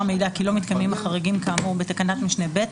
המידע כי לא מתקיימים החריגים כאמור בתקנת משנה (ב),